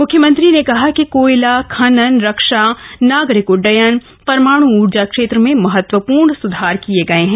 म्ख्यमंत्री ने कहा कि कोयला खनन रक्षा नागरिक उइडयन परमाण् ऊर्जा क्षेत्र में महत्वपूर्ण सुधार किए गए हैं